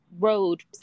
road